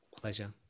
Pleasure